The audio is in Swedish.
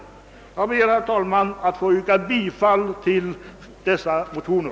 Jag ber, herr talman, att få yrka bifall till dessa motioner.